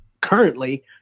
currently –